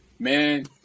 Man